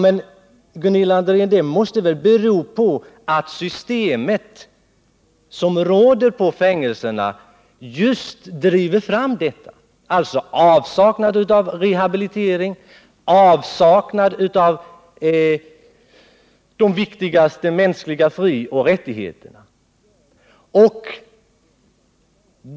Det måste väl, Gunilla André, bero på det system som råder på fängelserna — avsaknad av rehabilitering, avsaknad av de viktigaste mänskliga frioch rättigheterna.